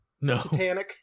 No